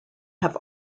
have